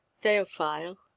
Theophile